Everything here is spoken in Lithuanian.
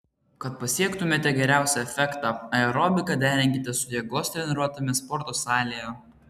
kad pasiektumėte geriausią efektą aerobiką derinkite su jėgos treniruotėmis sporto salėje